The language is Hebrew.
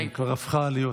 כן, כן, היא כבר הפכה להיות,